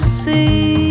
see